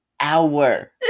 hour